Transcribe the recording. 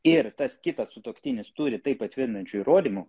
ir tas kitas sutuoktinis turi tai patvirtinančių įrodymų